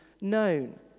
known